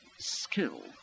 skill